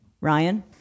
Ryan